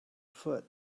foot